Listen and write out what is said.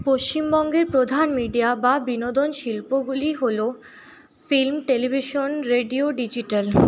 পশ্চিমবঙ্গের প্রধান মিডিয়া বা বিনোদন শিল্পগুলি হল ফিল্ম টেলিভিশন রেডিও ডিজিটাল